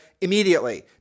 immediately